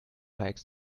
likes